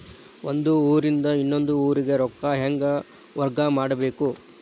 ಒಂದ್ ಊರಿಂದ ಇನ್ನೊಂದ ಊರಿಗೆ ರೊಕ್ಕಾ ಹೆಂಗ್ ವರ್ಗಾ ಮಾಡ್ಬೇಕು?